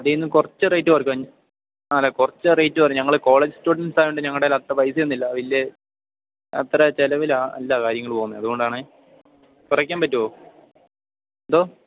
അതിൽ നിന്ന് കുറച്ച് റേറ്റ് കുറയ്ക്കുമോ ആ അതെ കുറച്ച് റേറ്റ് കുറയ്ക്കുമോ കാരണം ഞങ്ങൾ കോളേജ് സ്റ്റുഡൻറ്സ് ആയത്കൊണ്ട് ഞങ്ങളുടെ കയ്യിൽ അത്ര പൈസയൊന്നും ഇല്ല വലിയ അത്ര ചിലവിൽ അല്ല കാര്യങ്ങൾ പോകുന്നത് അതുകൊണ്ട് ആണ് ഒന്ന് കുറയ്ക്കാൻ പറ്റുമോ എന്തോ